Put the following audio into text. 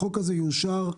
החוק הזה יאושר .